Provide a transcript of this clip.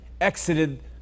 exited